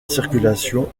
circulation